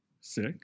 sick